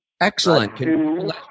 Excellent